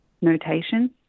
notation